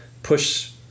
push